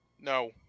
No